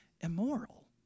immoral